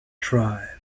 thrive